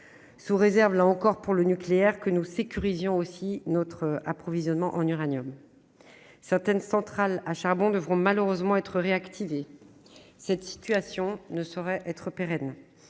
l'hydrogène vert, sous réserve que nous sécurisions notre approvisionnement en uranium. Certaines centrales à charbon devront malheureusement être réactivées. Cette situation ne saurait être pérenne.